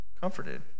Comforted